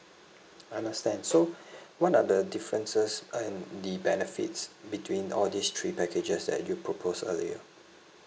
understand so what are the differences and the benefits between all these three packages that you proposed earlier